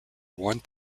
one